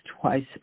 twice